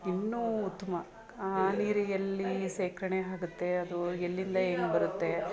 ಇನ್ನೂ ಉತ್ತಮ ಆ ನೀರು ಎಲ್ಲಿ ಶೇಖರ್ಣೆ ಆಗುತ್ತೆ ಅದು ಎಲ್ಲಿಂದ ಎಲ್ಲ ಬರುತ್ತೆ